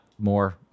more